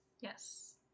Yes